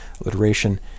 alliteration